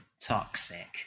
toxic